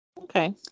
Okay